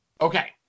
Okay